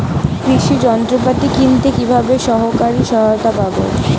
কৃষি যন্ত্রপাতি কিনতে কিভাবে সরকারী সহায়তা পাব?